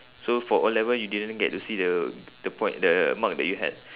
so for O level you didn't get to see uh the point the mark that you had